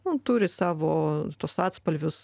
na turi savo tuos atspalvius